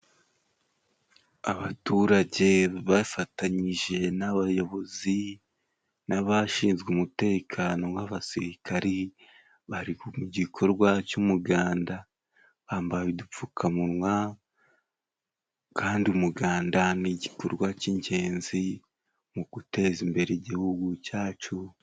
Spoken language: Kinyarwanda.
Abaturage bafatanyije n'abayobozi n'abashinzwe umutekano b'abasirikari, bari mu gikorwa cy'umuganda bambaye udupfukamunwa, kandi umuganda ni igikorwa cy'ingenzi mu guteza imbere igihugu cyacu.